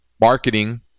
marketing